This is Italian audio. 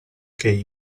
che